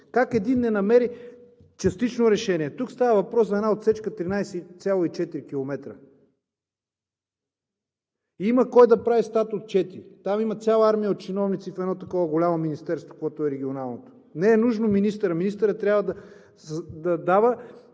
Как един не намери частично решение. Тук става въпрос за една отсечка 13,4 км. Има кой да прави статотчети. Там има цяла армия от чиновници в едно такова голямо Министерство, каквото е регионалното – не е нужно министърът. Министърът трябва да дава